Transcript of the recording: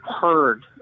heard